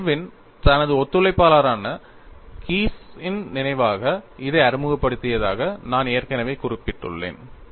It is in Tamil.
இர்வின் தனது ஒத்துழைப்பாளரான கீஸின் நினைவாக இதை அறிமுகப்படுத்தியதாக நான் ஏற்கனவே குறிப்பிட்டுள்ளேன்